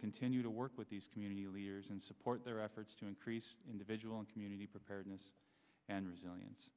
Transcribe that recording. continue to work with these community leaders and support their efforts to increase individual and community preparedness and resilience